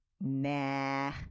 Nah